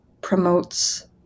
promotes